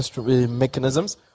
mechanisms